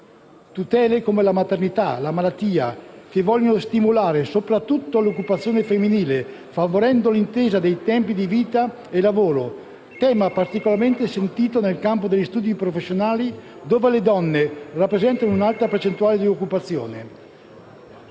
quelle della maternità e della malattia vogliono stimolare soprattutto l'occupazione femminile, favorendo la conciliazione dei tempi di vita e lavoro, tema particolarmente sentito nel campo degli studi professionali, dove le donne rappresentano un'alta percentuale di occupazione.